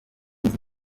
nzi